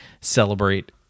celebrate